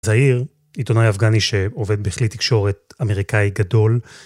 זאיר, עיתונאי אפגני שעובד בכלי תקשורת אמריקאי גדול.